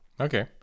Okay